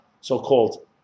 so-called